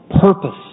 purpose